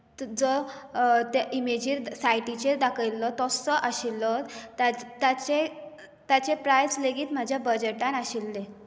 जो त्या इमेजीर सायटीचेर दाखयल्लो तसो आशिल्लो ताचें ताचें ताचें प्रायस लेगीत म्हज्या बजटांत आशिल्लें